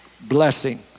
Blessing